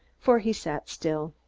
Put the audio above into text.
for he sat still.